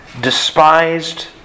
despised